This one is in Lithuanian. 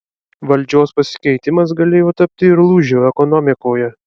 valdžios pasikeitimas galėjo tapti ir lūžiu ekonomikoje